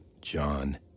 John